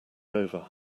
over